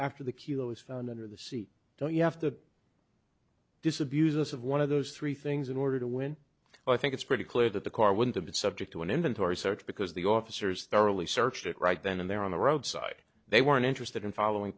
after the q is found under the seat don't you have to disabuse us of one of those three things in order to win i think it's pretty clear that the car wouldn't have been subject to an inventory search because the officers thoroughly searched it right then and there on the roadside they weren't interested in following